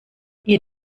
ihr